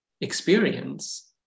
experience